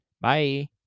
Bye